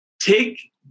take